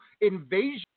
invasion